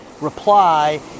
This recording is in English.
reply